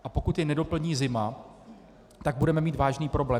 A pokud je nedoplní zima, tak budeme mít vážný problém.